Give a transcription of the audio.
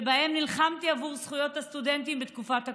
שבהן נלחמתי עבור זכויות הסטודנטים בתקופת הקורונה,